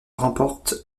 remporte